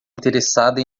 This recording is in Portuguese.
interessada